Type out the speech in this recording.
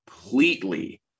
completely